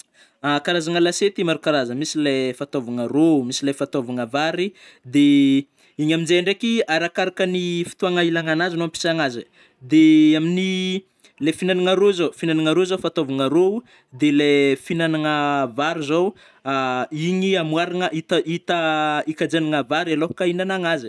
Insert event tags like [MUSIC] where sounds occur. [HESITATION] Karazagna lasety maro karazagna, misy le fatôvagna rô, misy le fatôvagna vary de [HESITATION] igny amnjay ndraiky arakarakan'ny fotoagna ilagnanazy no ampsagnazy ai, de [HESITATION] amin'ny [HESITATION] le finagnana rô zao- finagnana rô zao fatôvgna rô, de le finagnana [HESITATION] vary zao [HESITATION] igny amoaragna hita-hita [HESITATION] hikajiagnana vary alôkagny inagnananazy ai.